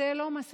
זו לא מסכה.